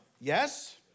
Yes